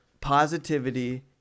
positivity